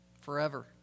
forever